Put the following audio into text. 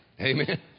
Amen